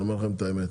אני אומר לכם את האמת,